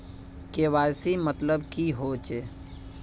KYC मतलब की होचए?